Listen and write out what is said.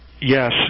Yes